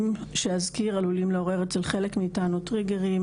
שאזכיר עלולים לעורר אצל חלק מאיתנו טריגרים,